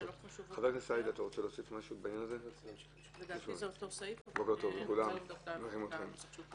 לדעתי זה אותו סעיף אבל אני רוצה לבדוק את נוסח החוק.